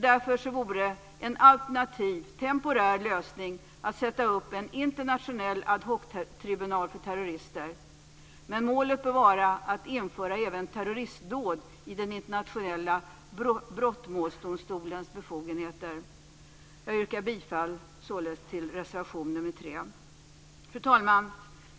Därför vore en alternativ temporär lösning att sätta upp en internationell ad hoc-tribunal för terrorister, men målet bör vara att införa även terroristdåd i den internationella brottmålsdomstolens befogenheter. Jag yrkar således bifall till reservation nr 3. Fru talman!